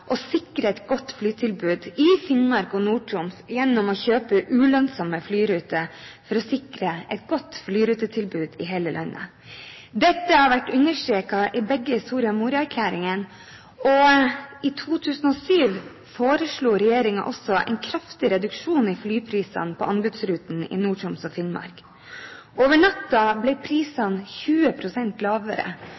å sikre et godt flytilbud i Finnmark og Nord-Troms gjennom å kjøpe ulønnsomme flyruter, sikre et godt flyrutetilbud i hele landet. Dette har vært understreket i begge Soria Moria-erklæringene. I 2007 foreslo regjeringen også en kraftig reduksjon i flyprisene på anbudsrutene i Nord-Troms og Finnmark. Over natten ble